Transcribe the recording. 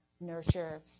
nurture